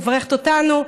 מברכת אותנו,